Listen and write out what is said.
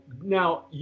Now